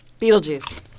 Beetlejuice